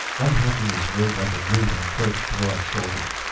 unhappiness rode like a weight on kerk's broad shoulders.